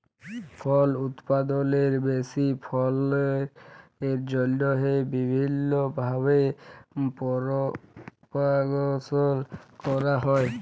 ফল উৎপাদলের বেশি ফললের জ্যনহে বিভিল্ল্য ভাবে পরপাগাশল ক্যরা হ্যয়